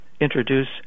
introduce